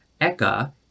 eka